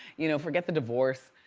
you know, forget the divorce.